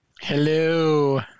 Hello